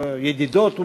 ידידות,